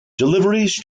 deliveries